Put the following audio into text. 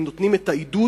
אם נותנים את העידוד,